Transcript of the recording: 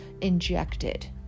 injected